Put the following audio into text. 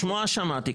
שמה ששמעתי,